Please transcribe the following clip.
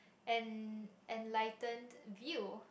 and and lighten view